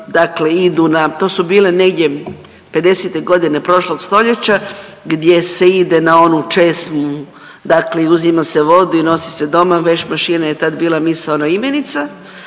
dakle idu na, to su bile negdje 50-te godine prošlog stoljeća, gdje se ide na onu česmu dakle i uzima se vodu i nosi se doma, veš mašina je tad bila misaona imenica,